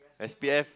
S_P_F